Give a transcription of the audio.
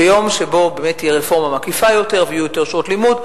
ביום שתהיה רפורמה מקיפה יותר ויהיו יותר שעות לימוד,